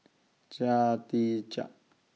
Chia Tee Chiak